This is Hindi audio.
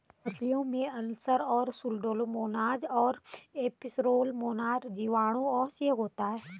मछलियों में अल्सर रोग सुडोमोनाज और एरोमोनाज जीवाणुओं से होता है